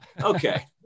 Okay